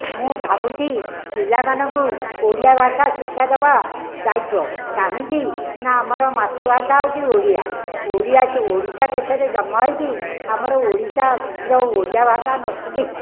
ମୁଁ ଭାବୁଛି ପିଲାମାନଙ୍କୁ ଓଡ଼ିଆ ଭାଷା ଶିକ୍ଷା ଦେବା ଦାୟିତ୍ୱ କାହିଁକି ନା ଆମର ମାତୃଭାସା ହେଉଛି ଓଡ଼ିଆ ଓଡ଼ିଆ ଯେ ଓଡ଼ିଶା ଦେଶରେ ଜନ୍ମ ହୋଇକି ଆମର ଓଡ଼ିଶାର ଓଡ଼ିଆ ଭାଷା ନ ଶିଖିକି